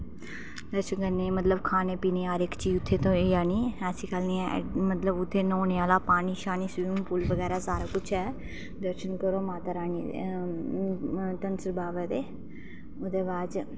मतलब खाने पीने आह्ली हर चीज़ उत्थें थ्होई जानी ते ऐसी गल्ल निं ऐ उत्थें पानी स्विंमिंग पूल सब किश ऐ ते माता रानी ते धनसर बाबा दे ओह्दे बाद च